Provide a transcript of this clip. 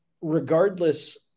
regardless